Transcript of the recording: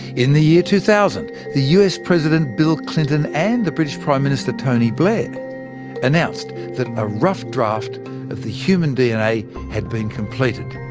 in the year two thousand, the us president bill clinton and the british prime minister tony blair announced that a rough draft of the human dna had been completed.